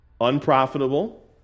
Unprofitable